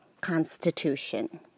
constitution